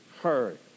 heard